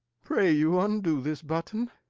pray you undo this button.